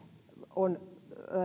on